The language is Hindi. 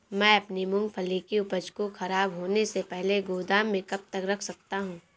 मैं अपनी मूँगफली की उपज को ख़राब होने से पहले गोदाम में कब तक रख सकता हूँ?